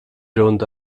rund